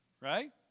Right